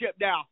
now